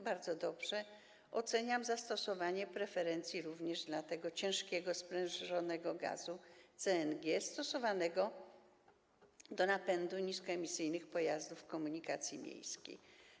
Bardzo dobrze oceniam zastosowanie preferencji również w przypadku tego ciężkiego sprężonego gazu CNG, stosowanego do napędu niskoemisyjnych pojazdów komunikacji miejskiej.